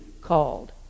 called